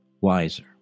wiser